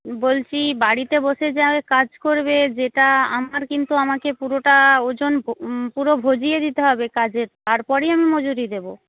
বলছি বাড়িতে বসে যারা কাজ করবে যেটা আমার কিন্তু আমাকে পুরোটা ওজন পুরো ভজিয়ে দিতে হবে কাজের তারপরেই আমি মজুরি দেবো